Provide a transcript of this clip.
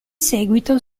seguito